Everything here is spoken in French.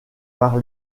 par